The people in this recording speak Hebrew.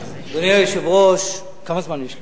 אדוני היושב ראש, כמה זמן יש לי?